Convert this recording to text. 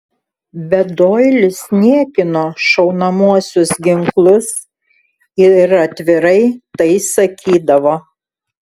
bet doilis niekino šaunamuosius ginklus ir atvirai tai sakydavo